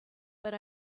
but